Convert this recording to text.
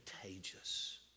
contagious